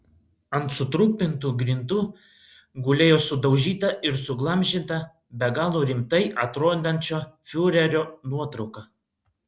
ant sutrupintų grindų gulėjo sudaužyta ir suglamžyta be galo rimtai atrodančio fiurerio nuotrauka